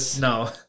no